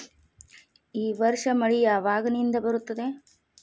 ಈ ವರ್ಷ ಮಳಿ ಯಾವಾಗಿನಿಂದ ಬರುತ್ತದೆ?